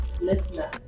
listener